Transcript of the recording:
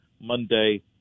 Monday